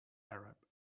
arab